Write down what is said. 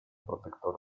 protector